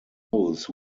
those